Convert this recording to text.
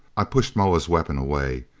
i pushed moa's weapon away.